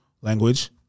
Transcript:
language